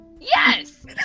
Yes